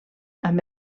amb